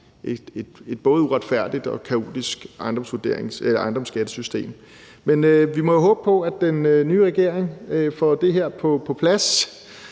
et både uretfærdigt og kaotisk ejendomskattesystem. Men vi må jo håbe på, at den nye regering får det her på plads